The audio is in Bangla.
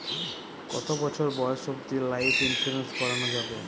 কতো বছর বয়স অব্দি লাইফ ইন্সুরেন্স করানো যাবে?